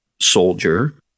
soldier